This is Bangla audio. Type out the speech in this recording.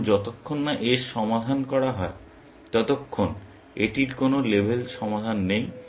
সুতরাং যতক্ষণ না S সমাধান করা হয় ততক্ষণ এটির কোনো লেবেল সমাধান নেই